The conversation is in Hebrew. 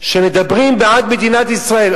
שמדברים בעד מדינת ישראל.